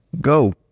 Go